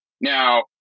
Now